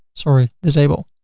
sorry, disable.